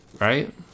Right